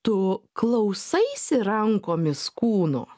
tu klausaisi rankomis kūno